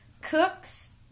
cooks